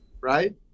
right